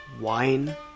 wine